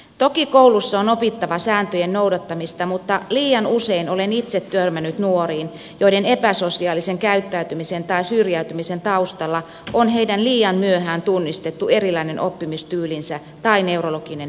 toki kouluissa on opittava sääntöjen noudattamista mutta liian usein olen itse törmännyt nuoriin joiden epäsosiaalisen käyttäytymisen tai syrjäytymisen taustalla on heidän liian myöhään tunnistettu erilainen oppimistyylinsä tai neurologinen häiriönsä